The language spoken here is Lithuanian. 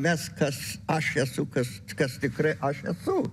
mes kas aš esu kas kas tikrai aš esu